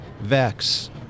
VEX